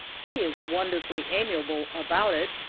faye is wonderfully amiable about it,